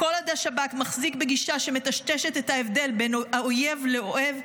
כל עוד השב"כ מחזיק בגישה שמטשטשת את ההבדל בין האויב לאוהב,